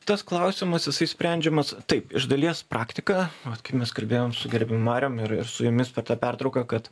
tas klausimas jisai sprendžiamas taip iš dalies praktika vat kaip mes kalbėjom su gerbiamu marium ir ir su jumis per tą pertrauką kad